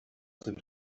sind